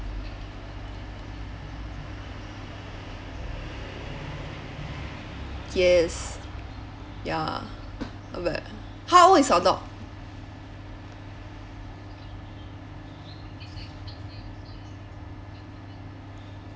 yes ya not bad how old is your dog